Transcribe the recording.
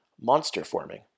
monster-forming